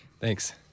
Thanks